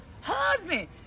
husband